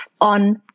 on